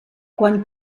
quan